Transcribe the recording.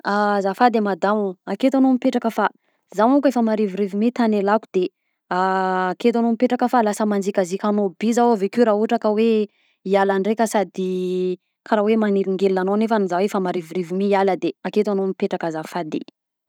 Azafady e madamo aketo anao mipetraka fa zaho manko efa marivorivo mi tany hialako de aketo anao mipetraka fa lasa manzikazika anao bi zah avekeo raha ohatra ka hoe hiala ndraika sady karaha hoe magnelingelina anao nefany za efa marivorivo mi hiala de aketo enao mipetraka azafady.